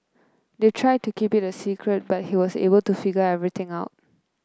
they tried to keep it a secret but he was able to figure everything out